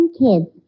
kids